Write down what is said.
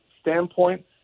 standpoint